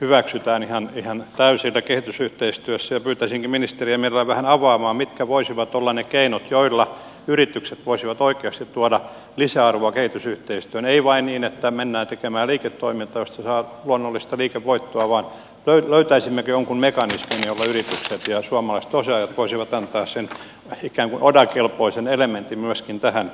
hyväksytään ihan täysillä kehitysyhteistyössä ja pyytäisinkin ministeriä mielellään vähän avaamaan mitkä voisivat olla ne keinot joilla yritykset voisivat oikeasti tuoda lisäarvoa kehitysyhteistyöhön ei vain niin että mennään tekemään liiketoimintaa josta saa luonnollista liikevoittoa vaan löytäisimmekö jonkun mekanismin jolla yritykset ja suomalaiset osaajat voisivat antaa sen ikään kuin odakelpoisen elementin myöskin tähän kehitysyhteistyöpuolelle